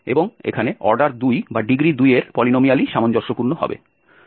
এবং আমাদের এখানে অর্ডার 2 বা ডিগ্রী 2 এর পলিনোমিয়ালই সামঞ্জস্যপূর্ণ হবে